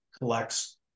collects